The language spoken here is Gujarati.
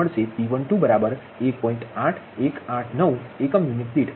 8189 એકમ યુનિટ દીઠ મેગાવોટ પાવર